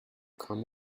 come